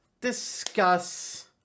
discuss